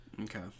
Okay